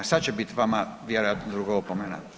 Sada će biti vama vjerojatno druga opomena.